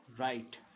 right